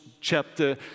chapter